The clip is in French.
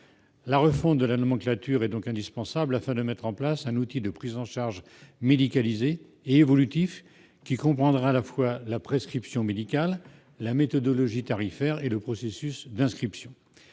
Une refonte de la nomenclature est donc indispensable, afin de mettre en place un outil de prise en charge médicalisé et évolutif, qui comprendrait à la fois la prescription médicale, la méthodologie tarifaire et le processus d'inscription.